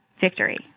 victory